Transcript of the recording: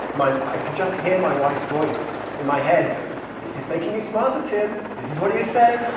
my i could just hear my wife's voice in my head saying this is making you smarter, tim. this is what do you say?